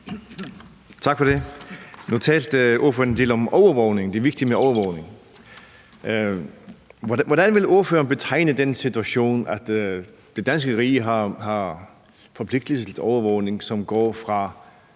Tak for det. Nu talte ordføreren en del om overvågning, og at det er vigtigt med overvågning. Hvordan vil ordføreren betegne den situation, at det danske rige har forpligtet sig til en overvågning, som går fra